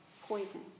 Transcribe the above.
poison